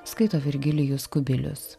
skaito virgilijus kubilius